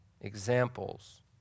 examples